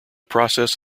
process